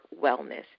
wellness